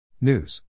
News